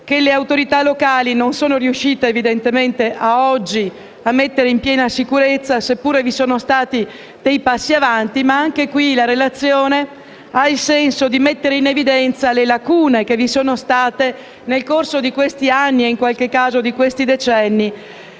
che le autorità locali non sono riuscite finora a mettere in piena sicurezza, seppure vi siano stati dei passi in avanti. Ma anche su questo aspetto la relazione intende mettere in evidenza le lacune che vi sono state nel corso di questi anni e in qualche caso di questi decenni